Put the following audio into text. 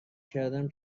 کردم